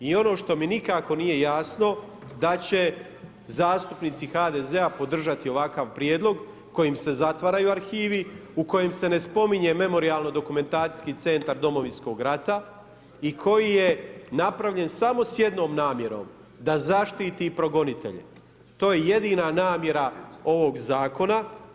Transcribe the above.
I ono što mi nikako nije jasno, da će zastupnici HDZ-a podržati ovakav prijedlog kojim se zatvaraju arhivi, u kojem se ne spominje memorijalno dokumentacijski centar Domovinskog rata i koji je napravljen samo s jednom namjerom, da zaštiti progonitelje, to je jedina namjera ovog zakona.